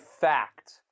fact